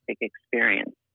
experience